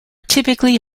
typically